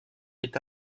est